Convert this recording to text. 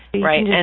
Right